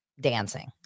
dancing